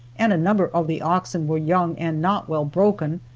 and a number of the oxen were young and not well broken,